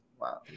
Wow